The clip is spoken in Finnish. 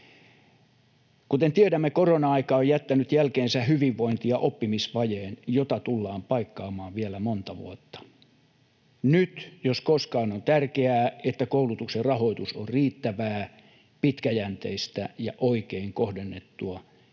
Kuten tiedämme, korona-aika on jättänyt jälkeensä hyvinvointi- ja oppimisvajeen, jota tullaan paikkaamaan vielä monta vuotta. Nyt jos koskaan on tärkeää, että koulutuksen rahoitus on riittävää, pitkäjänteistä ja oikein kohdennettua,